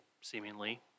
seemingly